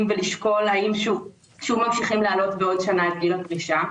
ולשקול האם שוב ממשיכים להעלות בעוד שנה את גיל הפרישה?